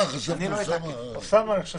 האמת היא שאם היה לי יותר זמן, זה מסמך מרתק.